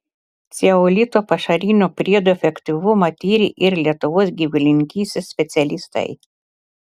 ceolito pašarinio priedo efektyvumą tyrė ir lietuvos gyvulininkystės specialistai